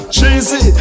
Cheesy